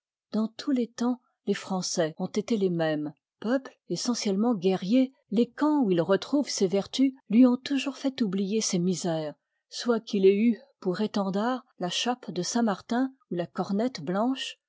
dans tous les temps les français ont été les mêmes peuple essentiellement guerrier les camps où il retrouve ses vertus lui ont toujours fait oublier ses misères soit qu'il ait eu pour étendard la chape de saint martin ou la cornette blanche